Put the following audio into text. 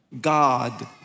God